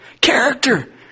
Character